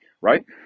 right